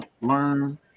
learn